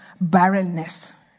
barrenness